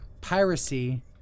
piracy